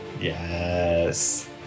Yes